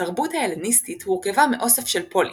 התרבות ההלניסטית הורכבה מאוסף של פוליס,